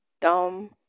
Dumb